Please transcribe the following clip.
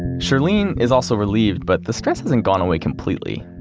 shirlene is also relieved, but the stress hasn't gone away completely.